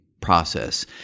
process